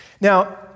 Now